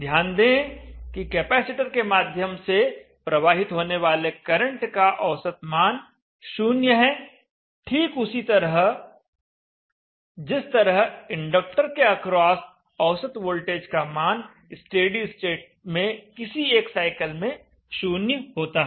ध्यान दें कि कैपेसिटर के माध्यम से प्रवाहित होने वाले करंट का औसत मान 0 है ठीक उसी तरह जिस तरह इंडक्टर के अक्रॉस औसत वोल्टेज का मान स्टेडी स्टेट में किसी एक साइकिल में 0 होता है